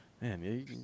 Man